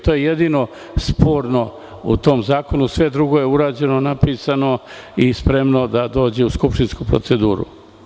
To je jedino sporno u tom zakonu, a sve drugo je urađeno, napisano i spremno da dođe u skupštinsku proceduru.